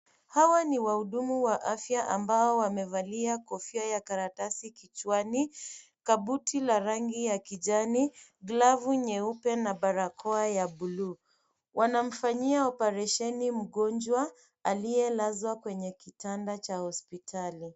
Hawa ni wahudumu wa afya ambao wamevalia kofia ya karatasi kichwani, kabuti la rangi ya kijani, glavu nyeupe, na barakoa ya blue . Wanamfanyia oparesheni mgonjwa, aliyelazwa kwenye kitanda cha hospitali.